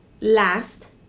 last